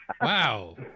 Wow